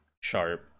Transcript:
Sharp